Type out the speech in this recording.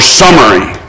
summary